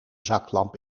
zaklamp